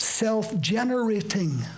self-generating